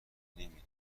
نمیدونم